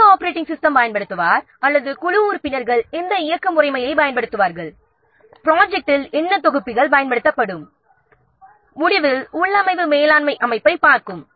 என்ன operating system பயன்படுத்துவர் அல்லது குழு உறுப்பினர்கள் எந்த ஆபரேட்டிங் சிஸ்டமை பயன்படுத்துவார்கள் ப்ராஜெக்ட்டில் என்ன கம்பைலர்கள் பயன்படுத்தப்படும் கான்ஃபிகுரேஷன் மேனேஜ்மென்ட் சிஸ்டம் இந்த அமர்வின் முடிவில் கான்ஃபிகுரேஷன் மேனேஜ்மென்ட் சிஸ்டமை பற்றி பார்ப்போம்